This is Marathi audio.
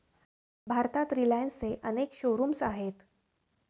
भारतात रिलायन्सचे अनेक शोरूम्स आहेत